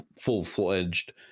full-fledged